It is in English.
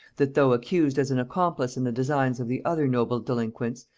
that though accused as an accomplice in the designs of the other noble delinquents,